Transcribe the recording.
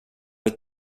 ett